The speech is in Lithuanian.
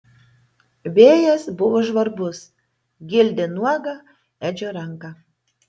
vėjas buvo žvarbus gildė nuogą edžio ranką